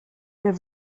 der